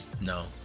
No